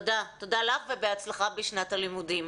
תודה לך ובהצלחה בשנת הלימודים.